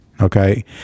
Okay